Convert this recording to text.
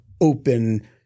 open